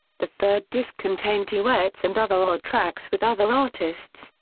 the third disc contained duets and other odd tracks with other artists,